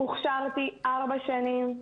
הוכשרתי ארבע שנים.